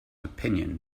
opinion